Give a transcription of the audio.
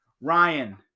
Ryan